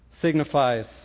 signifies